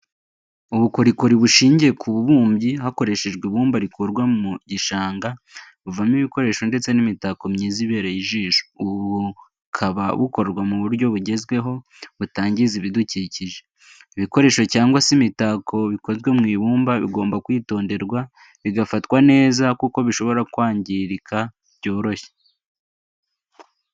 Ubukorikori bushingiye ku bubumbyi hakoreshejwe ibumba rikurwa mu gishanga buvamo ibikoresho ndetse n'imitako myiza ibereye ijisho, ubu bukaba bukorwa mu buryo bugezweho butangiza ibidukikije. Ibikoresho cyangwa se imitako bikozwe mu ibumba bigomba kwitonderwa bigafatwa neza kuko bishobora kwangirika byoroshye.